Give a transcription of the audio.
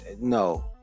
no